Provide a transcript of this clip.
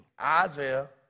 Isaiah